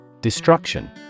Destruction